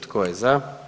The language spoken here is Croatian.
Tko je za?